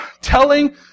telling